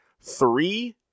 three